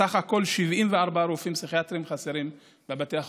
בסך הכול 70 רופאים פסיכיאטרים חסרים בבתי החולים.